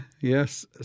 yes